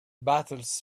battles